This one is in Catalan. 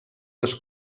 les